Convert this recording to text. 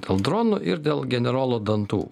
dėl dronų ir dėl generolo dantų